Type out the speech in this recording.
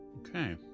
Okay